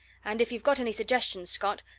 and if you've got any suggestions, scott,